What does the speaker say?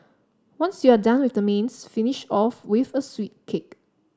once you're done with the mains finish off with a sweet kick